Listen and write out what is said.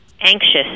anxious